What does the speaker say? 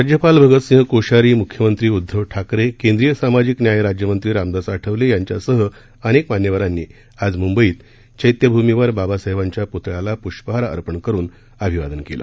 राज्यपाल भगत सिंह कोश्यारी मुख्यमंत्री उद्धव ठाकरे केंद्रीय सामाजिक न्याय राज्यमंत्री रामदास आठवले यांच्यासह अनेक मान्यवरांनी आज मुंबईत चैत्यभूमीवर बाबासाहेबांच्या प्तळ्याला प्ष्पहार अर्पण करून अभिवादन केलं